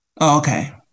Okay